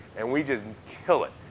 and we just kill it.